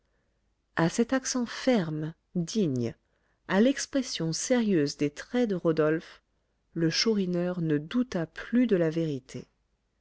à cet accent ferme digne à l'expression sérieuse des traits de rodolphe le chourineur ne douta plus de la vérité